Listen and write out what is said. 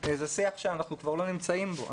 זה שיח שאנחנו כבר לא נמצאים בו,